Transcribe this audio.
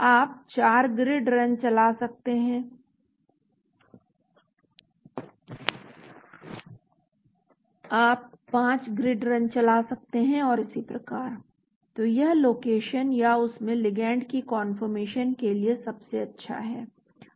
आप 4 grid run चला सकते हैं आप 5 ग्रिड रन चला सकते हैं और इसी प्रकार तो यह लोकेशन या उस में लिगैंड की कान्फर्मेशन के लिए सबसे अच्छा है